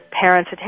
parents